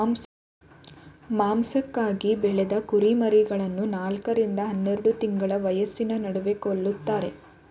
ಮಾಂಸಕ್ಕಾಗಿ ಬೆಳೆದ ಕುರಿಮರಿಗಳನ್ನು ನಾಲ್ಕ ರಿಂದ ಹನ್ನೆರೆಡು ತಿಂಗಳ ವಯಸ್ಸಿನ ನಡುವೆ ಕೊಲ್ತಾರೆ